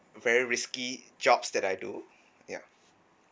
very risky jobs that I do yup